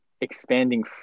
expanding